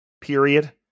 Period